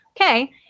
Okay